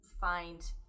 find